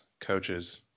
coaches